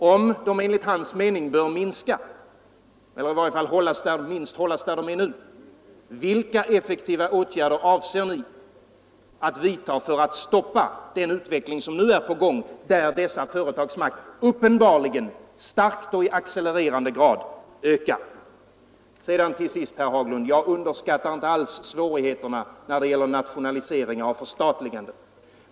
Om det enligt hans mening bör minska eller i varje fall hållas där det nu är, vilka effektiva åtgärder avser ni att vidta för att stoppa den utveckling som nu är på gång och som innebär att dessa företags makt uppenbarligen starkt och 'i accelererande grad ökar? Till sist, herr Haglund: Jag underskattar inte alls svårigheterna när det gäller nationalisering och förstatligande.